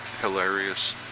hilarious